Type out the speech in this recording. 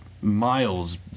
miles